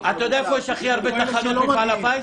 --- אתה יודע איפה יש הכי הרבה דוכני מפעל הפיס?